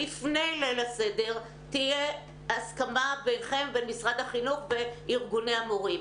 לפני ליל הסדר תהיה הסכמה ביניכם לבין משרד החינוך וארגוני המורים.